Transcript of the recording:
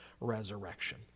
resurrection